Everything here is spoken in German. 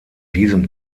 diesem